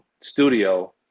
studio